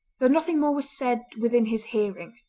though nothing more was said within his hearing.